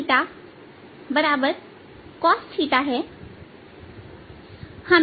हमें इस उत्तर को लिख सकते हैं